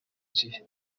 gihe